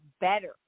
better